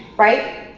right?